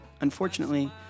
Unfortunately